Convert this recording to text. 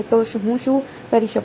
તો હું શું કરી શકું